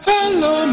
Hello